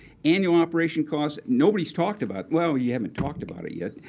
annual operation costs, nobody's talked about well, we haven't talked about it yet.